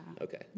Okay